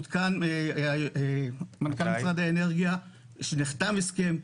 עודכן מנכ"ל משרד האנרגיה שנחתם הסכם.